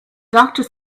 doctor